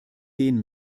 gehen